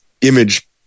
image